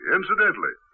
Incidentally